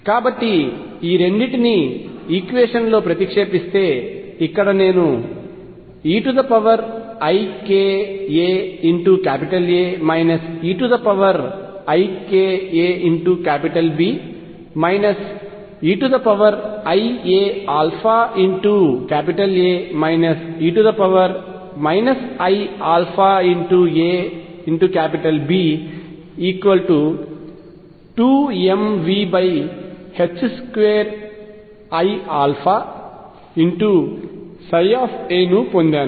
కాబట్టి ఈ రెండింటిని ఈక్వేషన్లో ప్రతిక్షేపిస్తే ఇక్కడ నేను eiαaA e iαaB2mV2iαψ ను పొందాను